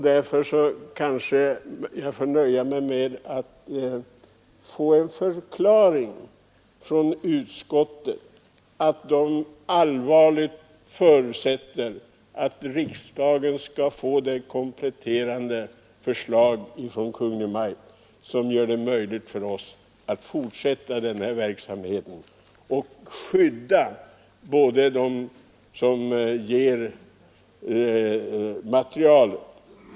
Därför kanske jag får nöja mig med att be om en förklaring, att utskottet förutsätter att riksdagen skall få ett kompletterande förslag från Kungl. Maj:t som gör det möjligt att fortsätta denna verksamhet och ändå skydda dem som lämnar material.